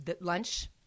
lunch